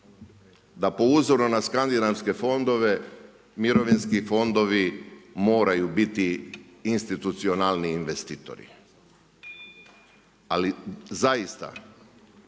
da po uzoru na skandinavske fondove mirovinski fondovi moraju biti institucionalni investitori. Ali zaista